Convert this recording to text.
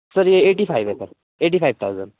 sir ये eighty five है sir eighty five thousand